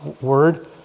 word